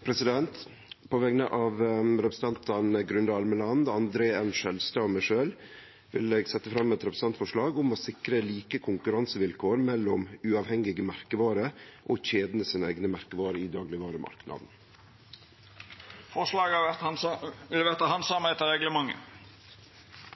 representantforslag. På vegner av representantane Grunde Almeland, André N. Skjelstad og meg sjølv vil eg setje fram eit representantforslag om å sikre like konkurransevilkår mellom uavhengige merkevarer og kjedene sine eigne merkevarer i daglegvaremarknaden. Forslaga vil verta handsama etter reglementet.